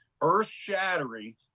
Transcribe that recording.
earth-shattering